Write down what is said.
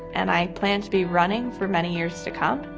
and i plan to be running for many years to come.